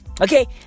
okay